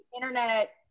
internet